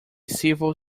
civil